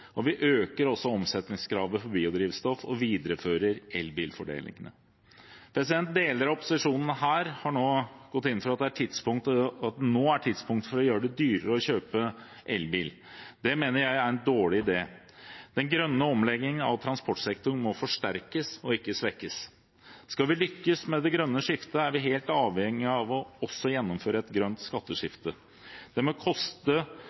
og vi øker også omsetningskravet for biodrivstoff og viderefører elbilfordelene. Deler av opposisjonen her har nå gått inn for at dette er tidspunktet for å gjøre det dyrere å kjøpe elbil. Det mener jeg er en dårlig idé. Den grønne omleggingen av transportsektoren må forsterkes og ikke svekkes. Skal vi lykkes med det grønne skiftet, er vi helt avhengig av også å gjennomføre et grønt skatteskifte. Det må koste